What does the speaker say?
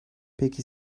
peki